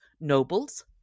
nobles